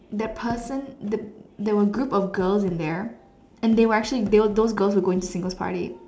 that person the there were a group of girls in there and they were actually they those girls were going to singles party